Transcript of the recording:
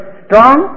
strong